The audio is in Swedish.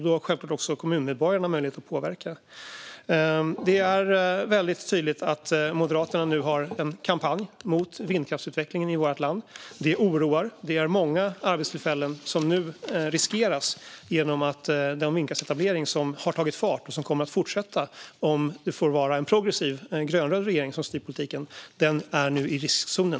Då har självklart också kommunmedborgarna möjlighet att påverka. Det är tydligt att Moderaterna har en kampanj mot vindkraftsutvecklingen i vårt land. Det oroar. Det är många arbetstillfällen som nu riskeras om inte den vindkraftsetablering som har tagit fart kommer att fortsätta eller om en progressiv grönröd regering som styr politiken är i riskzonen.